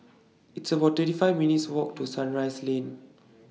It's about thirty five minutes' Walk to Sunrise Lane